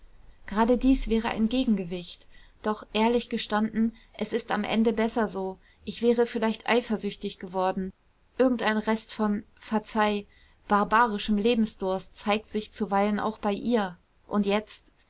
gerade dies wäre ein gegengewicht doch ehrlich gestanden es ist am ende besser so ich wäre vielleicht eifersüchtig geworden irgendein rest von verzeih barbarischem lebensdurst zeigt sich zuweilen auch bei ihr und jetzt